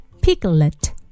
piglet